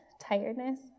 tiredness